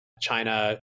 China